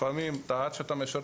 לפעמים עד שאתה מאשר תקציב,